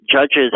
judges